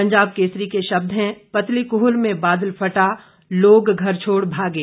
पंजाब केसरी के शब्द हैं पतलीकूहल में बादल फटा लोग घर छोड़ भागे